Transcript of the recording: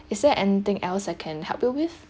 is there anything else I can help you with